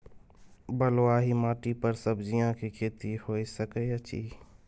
बलुआही माटी पर सब्जियां के खेती होय सकै अछि?